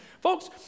Folks